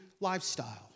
lifestyle